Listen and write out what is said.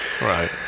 right